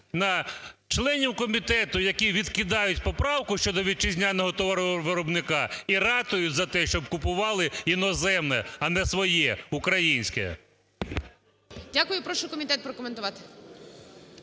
на членів комітету, які відкидають поправку щодо вітчизняного товаровиробника і ратують за те, щоб купували іноземне, а не своє, українське.